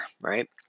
right